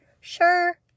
Sure